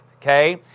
okay